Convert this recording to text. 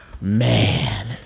man